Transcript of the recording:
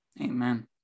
amen